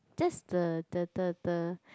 that's the the the the